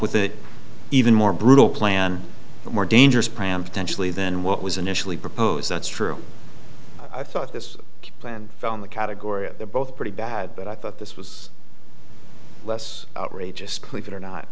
with that even more brutal plan more dangerous pram potentially than what was initially proposed that's true i thought this plan fell in the category of they're both pretty bad but i thought this was less outrageous click it or not